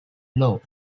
law